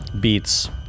Beats